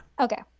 Okay